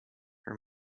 her